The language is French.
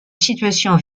situation